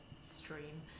stream